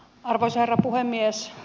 arvoisa herra puhemies